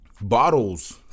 bottles